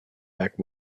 back